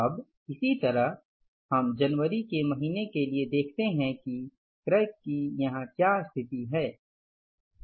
अब इसी तरह हम जनवरी के महीने के लिए देखते हैं कि क्रय की यहां क्या स्थिति है